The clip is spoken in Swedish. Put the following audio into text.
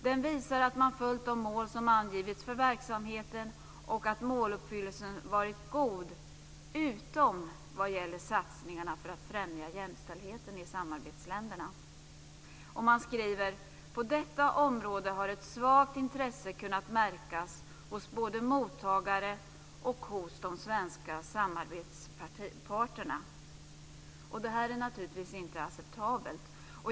Den visar att man följt de mål som angivits för verksamheten och att måluppfyllelsen varit god, utom vad gäller avsättningarna för att främja jämställdheten i samarbetsländerna. Man skriver: På detta område har ett svagt intresse kunnat märkas både hos mottagare och hos de svenska samarbetsparterna. Det här är naturligtvis inte acceptabelt.